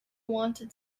wanted